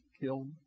killed